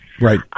Right